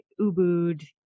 Ubud